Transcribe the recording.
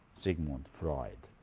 sigmund freud.